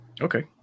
Okay